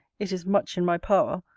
it is much in my power,